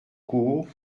court